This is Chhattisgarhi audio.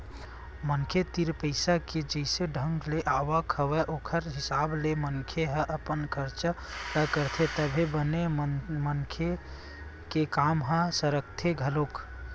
मनखे तीर पइसा के जइसन ढंग ले आवक हवय ओखर हिसाब ले मनखे ह अपन खरचा ल करथे तभे बने मनखे के काम ह सरकथे घलोक